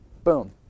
Boom